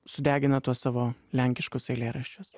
sudegina tuos savo lenkiškus eilėraščius